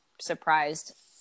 surprised